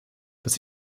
dass